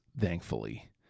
thankfully